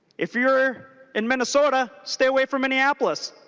if you are in minnesota stay away from minneapolis.